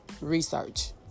research